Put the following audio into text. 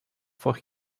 for